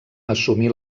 assumí